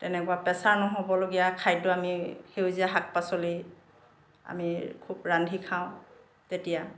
তেনেকুৱা প্ৰেছাৰ নহ'বলগীয়া খাদ্য আমি সেউজীয়া শাক পাচলি আমি খুব ৰান্ধি খাওঁ তেতিয়া